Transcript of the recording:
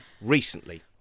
recently